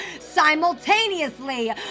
simultaneously